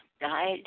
died